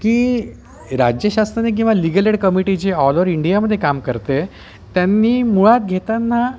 की राज्य शासनाने किंवा लीगल एड कमिटी जी ऑल ओवर इंडियामध्ये काम करते त्यांनी मुळात घेताना